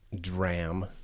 dram